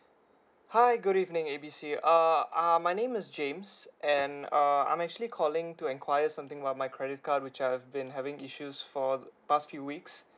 hi good evening A B C err uh my name is james and uh I'm actually calling to inquire something about my credit card which I've been having issues for th~ past few weeks